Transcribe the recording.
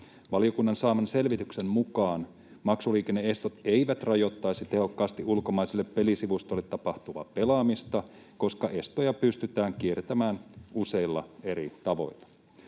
Valiokunnan saaman selvityksen mukaan maksuliikenne-estot eivät rajoittaisi tehokkaasti ulkomaisille pelisivustoille tapahtuvaa pelaamista, koska estoja pystytään kiertämään useilla eri tavoilla.